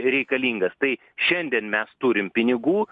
reikalingas tai šiandien mes turim pinigų